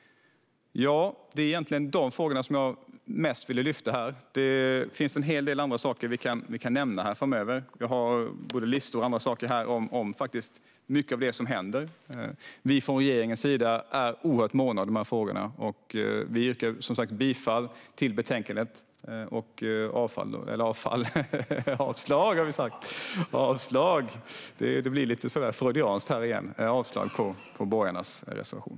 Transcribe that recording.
Detta är egentligen de frågor jag mest ville lyfta. Det finns en hel del annat vi kan nämna framöver. Jag har både listor och andra saker som gäller mycket av det som händer. Vi är från regeringens sida oerhört måna om dessa frågor. Vi yrkar bifall till utskottets förslag och avslag på borgarnas reservation.